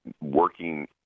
working